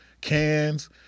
cans